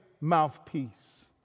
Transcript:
mouthpiece